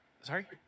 Sorry